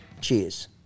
Cheers